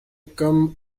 came